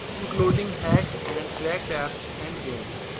including hacked and cracked apps and games.